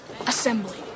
Assembly